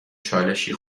چالشی